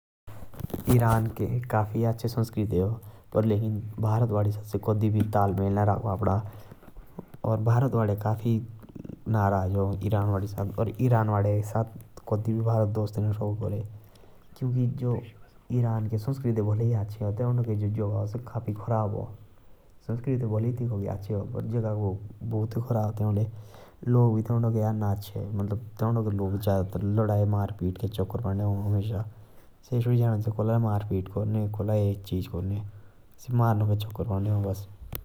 ईरान के संस्कृति काफी अच्छा अ। पर लकिन ताइका के लोग भारत के लोगो साथ तालमेल ना राखा। भारतवाले काफी नाराज अ ईरान वासी साथ।